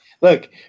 Look